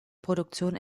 produktion